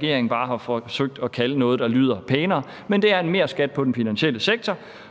muligt andet bare har forsøgt at kalde noget, der lyder pænere, men det er en merskat på den finansielle sektor,